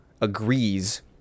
agrees